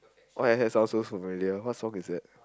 why does that sound so familiar what song is that